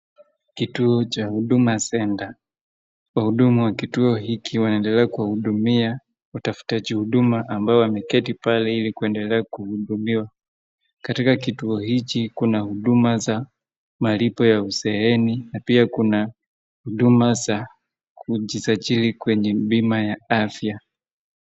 Kituo cha Huduma Center, wahudumu wa kituo hiki wanaendelea kuwahudumia watafutaji huduma ambao wameketi pale ili kuendelea kuhudumiwa. Katika kituo hichi kuna huduma za malipo ya uzeeni na pia kuna huduma za kujisajili kwenye bima ya afya.